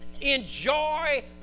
Enjoy